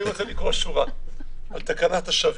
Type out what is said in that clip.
אני רוצה לקרוא שורה על תקנת השבים.